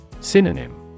Synonym